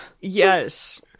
Yes